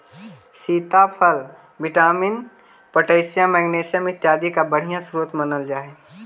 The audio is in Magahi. सीताफल विटामिन, पोटैशियम, मैग्निशियम इत्यादि का बढ़िया स्रोत मानल जा हई